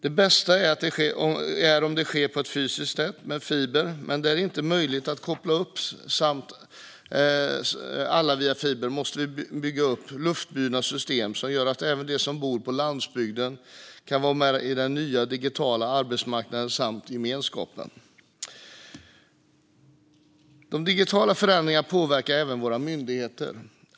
Det bästa är om det sker på ett fysiskt sätt med fiber, men där det inte är möjligt att koppla samman alla via fiber måste vi bygga upp luftburna system som gör att även de som bor på landsbygden kan vara med på den nya digitala arbetsmarknaden och i den nya digitala gemenskapen. De digitala förändringarna påverkar även våra myndigheter.